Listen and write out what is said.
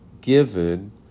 given